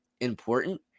important